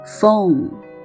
Phone